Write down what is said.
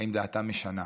והאם דעתם משנה.